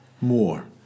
More